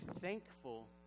thankful